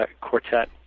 quartet